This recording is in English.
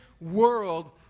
world